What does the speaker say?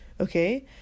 Okay